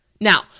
Now